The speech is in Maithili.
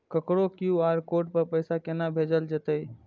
ककरो क्यू.आर कोड पर पैसा कोना भेजल जेतै?